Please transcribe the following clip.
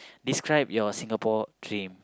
describe your Singapore dream